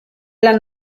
lan